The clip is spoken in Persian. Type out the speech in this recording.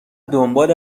دنبال